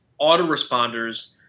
autoresponders